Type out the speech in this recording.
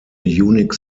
unique